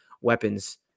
weapons